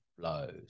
flows